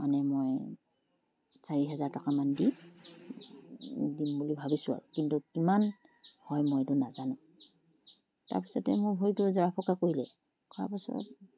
মানে মই চাৰি হেজাৰ টকা মান দি দিম বুলি ভাবিছোঁ আৰু কিন্তু কিমান হয় মই সেইটো নাজানোঁ তাৰপিছতে মোৰ ভৰিটো জৰা ফুকা কৰিলে কৰা পিছত